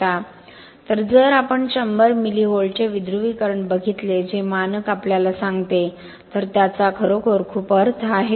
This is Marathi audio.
तर जर आपण 100 मिली व्होल्टचे विध्रुवीकरण बघितले जे मानक आपल्याला सांगते तर त्याचा खरोखर खूप अर्थ आहे का